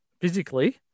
physically